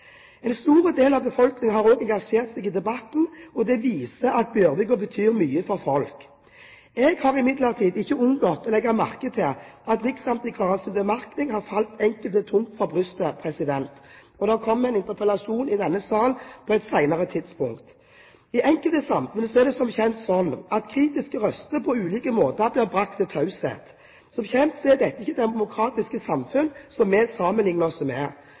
en helt ordinær saksgang. En stor del av befolkningen har òg engasjert seg i debatten, og det viser at Bjørvika betyr mye for folk. Jeg har imidlertid ikke unngått å legge merke til at Riksantikvarens bemerkninger har falt enkelte tungt for brystet. Det kommer en interpellasjon i denne sal på et senere tidspunkt. I enkelte samfunn er det som kjent sånn at kritiske røster på ulike måter blir brakt til taushet. Som kjent er dette ikke demokratiske samfunn som vi sammenlikner oss med.